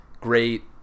Great